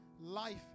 life